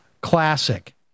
Classic